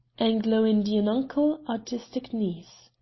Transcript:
anglo-indian uncle, artistic niece,